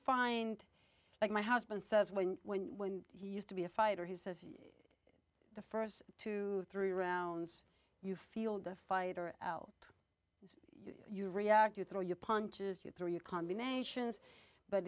find it my husband says when when when he used to be a fighter he says the st twenty three rounds you feel the fighter out you react you throw your punches you throw your combinations but